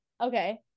Okay